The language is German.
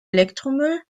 elektromüll